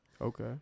Okay